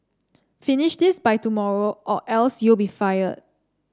finish this by tomorrow or else you'll be fired